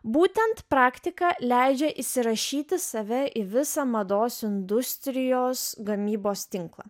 būtent praktika leidžia įsirašyti save į visą mados industrijos gamybos tinklą